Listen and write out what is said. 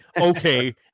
okay